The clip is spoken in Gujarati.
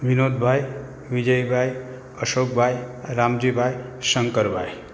વિનોદભાઈ વિજયભાઈ અશોકભાઈ રામજીભાઇ શંકરભાઈ